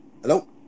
hello